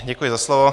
Děkuji za slovo.